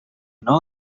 know